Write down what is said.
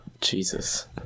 Jesus